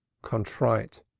contrite,